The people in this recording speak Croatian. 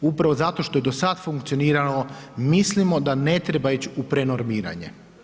Upravo zato što je do sad funkcioniralo, mislimo da ne treba ić u prenormiranje.